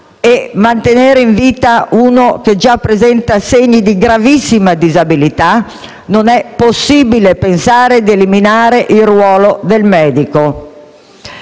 e mantenere in vita uno che già presenta segni di gravissima disabilità? Non è possibile pensare di eliminare il ruolo del medico,